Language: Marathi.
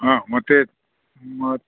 हा मग ते मग